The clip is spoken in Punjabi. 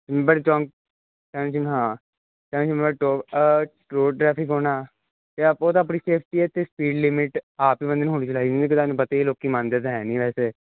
ਬੜੇ ਚੌਂਕ ਹਾਂ ਜਾਂ ਸ਼ਿਮਲਬਾਰੀ ਟੋਪ ਕੋਲ ਟ੍ਰੈਫਿਕ ਹੋਣਾ ਅਤੇ ਆਪੋ ਖੁਦ ਆਪਣੀ ਸੇਫਟੀ ਹੈ ਅਤੇ ਸਪੀਡ ਲਿਮਿਟ ਆਪ ਹੀ ਬੰਦੇ ਨੂੰ ਹੌਲੀ ਚਲਾਉਣੀ ਚਾਹੀਦੀ ਨਹੀਂ ਤੁਹਾਨੂੰ ਪਤਾ ਹੀ ਲੋਕ ਮੰਨਦੇ ਤਾਂ ਹੈ ਨਹੀਂ ਵੈਸੇ